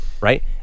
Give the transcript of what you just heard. right